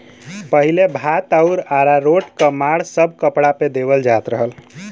पहिले भात आउर अरारोट क माड़ सब कपड़ा पे देवल जात रहल